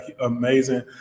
amazing